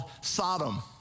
Sodom